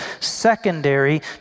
secondary